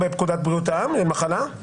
בפקודת בריאות העם למחלה זה סעיף 20?